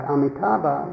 Amitabha